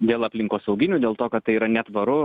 dėl aplinkosauginių dėl to kad tai yra netvaru